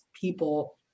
people